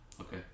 okay